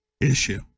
issue